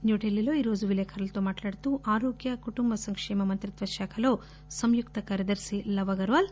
న్యూఢిల్లీలో ఈరోజు విలేకరులతో మాట్లాడుతూ ఆరోగ్య కుటుంబ సంక్షేమ మంత్రిత్వ శాఖ సంయుక్త కార్యదర్శి లవ్ అగర్వాల్